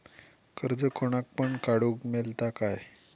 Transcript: कर्ज कोणाक पण काडूक मेलता काय?